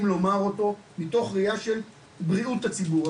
לומר אותו מתוך ראייה של בריאות הציבור.